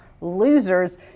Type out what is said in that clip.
losers